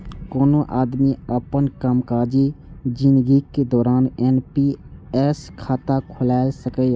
कोनो आदमी अपन कामकाजी जिनगीक दौरान एन.पी.एस खाता खोला सकैए